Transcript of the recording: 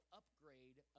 upgrade